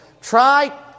try